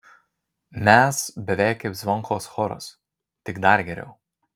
mes beveik kaip zvonkaus choras tik dar geriau